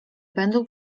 będą